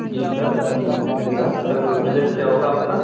جی sir ایک دم بالکل ملے گا سر بجٹ کیا ہوگا آپ کا